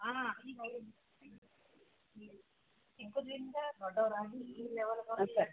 ಹಾಂ ಸರ್